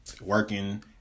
working